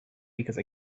because